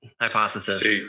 hypothesis